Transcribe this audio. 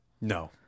No